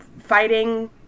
fighting